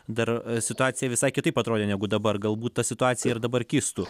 dar situacija visai kitaip atrodė negu dabar galbūt ta situacija ir dabar kistų